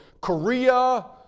Korea